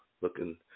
Looking